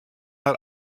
har